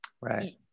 right